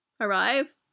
arrive